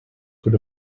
could